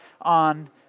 on